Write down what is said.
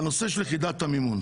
בנושא של יחידת המימון.